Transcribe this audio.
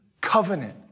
covenant